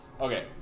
Okay